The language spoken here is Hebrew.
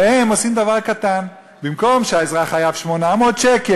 והם עושים דבר קטן: במקום שהאזרח חייב 800 שקל,